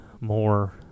more